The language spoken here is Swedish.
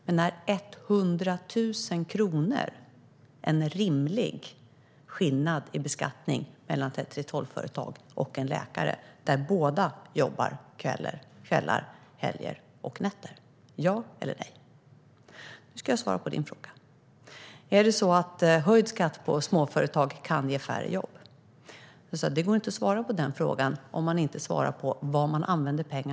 Men är 100 000 kronor en rimlig skillnad i beskattning mellan en 3:12-företagare och en läkare när båda jobbar kvällar, helger och nätter? Ja eller nej? Nu ska jag svara på din fråga: Är det så att höjd skatt för småföretag kan ge färre jobb? Det går inte att svara på denna fråga om man inte svarar på vad pengarna används till.